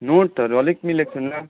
नोटहरू अलिक मिलेको छैन